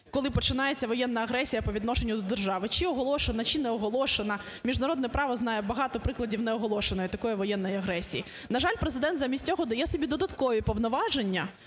коли починається воєнна агресія по відношенню до держави чи оголошена, чи неоголошена, міжнародне право знає багато прикладів неоголошеної такої воєнної агресії. На жаль, Президент замість цього дає собі додаткові повноваження,